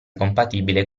compatibile